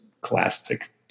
classic